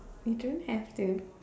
you don't have to